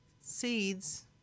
seeds